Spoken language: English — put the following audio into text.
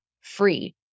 free